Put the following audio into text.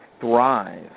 thrive